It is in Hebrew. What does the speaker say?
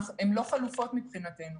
הם לא חלופות, מבחינתנו.